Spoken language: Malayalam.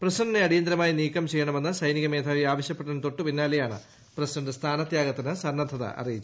പ്രസിഡന്റിനെ അടിയന്തിരമായി പ്രസിക്കം ചെയ്യണമെന്ന് സൈനിക മേധാവി ആവശ്യപ്പെട്ടതിന്റ് ് തൊട്ടുപിന്നാലെയാണ് പ്രസിഡന്റ സ്ഥാനത്യാഗത്തിന് സന്നദ്ധ്യരൃഢഅറിയിച്ചത്